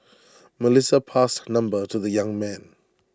Melissa passed her number to the young man